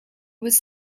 was